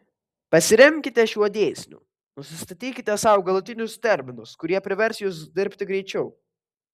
pasiremkite šiuo dėsniu nusistatykite sau galutinius terminus kurie privers jus dirbti greičiau